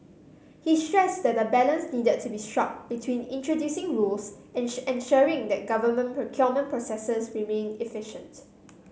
he stressed that a balance needed to be struck between introducing rules ensuring that government procurement processes remain efficient